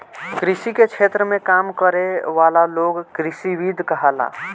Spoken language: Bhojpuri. कृषि के क्षेत्र में काम करे वाला लोग कृषिविद कहाला